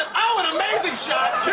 oh, an amazing shot!